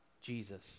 Jesus